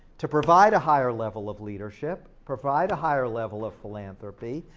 to provide a higher level of leadership, provide a higher level of philanthropy,